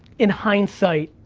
in hindsight,